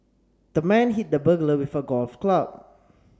the man hit the burglar with a golf club